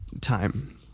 time